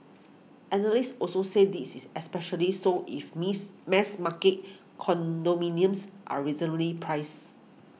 analysts also said this is especially so if miss mass market condominiums are reasonably priced